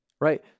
Right